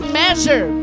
measure